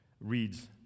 reads